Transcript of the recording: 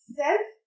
self